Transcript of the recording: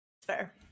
Fair